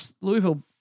Louisville